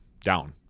down